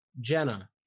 Jenna